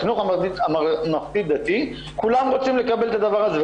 בחינוך הממלכתי-דתי כולם רוצים לקבל את הדבר הזה,